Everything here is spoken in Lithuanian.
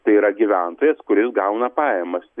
tai yra gyventojas kuris gauna pajamas